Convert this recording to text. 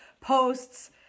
posts